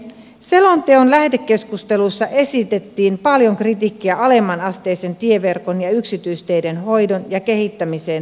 selonteon lähetekeskustelussa esitettiin paljon kritiikkiä alemmanasteisen tieverkon ja yksityisteiden hoidosta ja kehittämisestä tulevaisuudessa